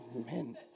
Amen